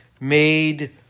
made